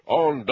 on